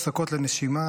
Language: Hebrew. הפסקות לנשימה,